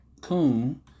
coon